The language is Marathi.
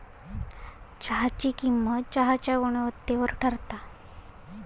चहाची किंमत चहाच्या गुणवत्तेवर ठरता